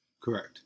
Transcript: Correct